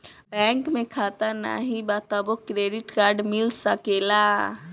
Bank में खाता नाही बा तबो क्रेडिट कार्ड मिल सकेला?